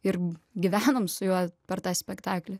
ir gyvenam su juo per tą spektaklį